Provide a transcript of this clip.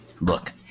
Look